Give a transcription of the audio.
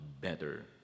better